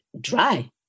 dry